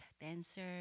dancer